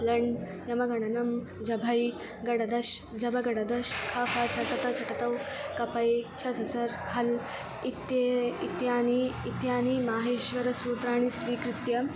लण् ञमगणनम् जभञ् घढधष् जबगडदश् ख फ छ ठ थ चटत व् कपय् श ष सर् हल् इति इत्येतानि इत्येतानि माहेश्वरसूत्राणि स्वीकृत्य